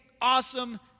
awesome